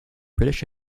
british